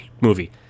movie